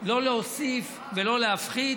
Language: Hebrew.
לא להוסיף ולא להפחית.